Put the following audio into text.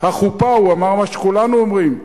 החופה הוא אמר מה שכולנו אומרים: